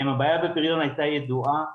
הבעיה בפריון הייתה ידועה,